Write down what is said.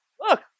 Look